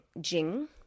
Jing